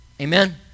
Amen